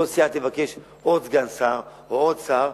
וכל סיעה תבקש עוד סגן שר או עוד שר,